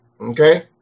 Okay